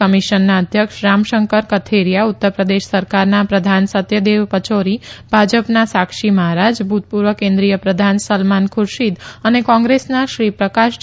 કમિશનના અધ્યક્ષ રામશંકર કથેરીયા ઉત્તરપ્રદેશ સરકારના પ્રધાન સત્યદેવ પયૌરી ભાજપના સાક્ષી મહારાજ ભૂતપૂર્વ કેન્દ્રિય પ્રધાન સલમાન ખુરશીદ અને કોંગ્રેસના શ્રી પ્રકાશ જયસ્વાલનો સમાવેશ થાય છે